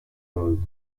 cause